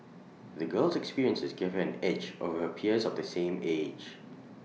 the girl's experiences gave her an edge over her peers of the same age